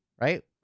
right